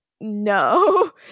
no